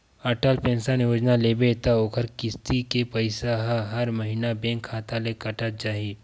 Atal pension योजना लेबे त ओखर किस्ती के पइसा ह हर महिना बेंक खाता ले कटत जाही